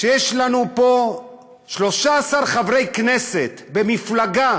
שיש לנו פה 13 חברי כנסת במפלגה